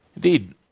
Indeed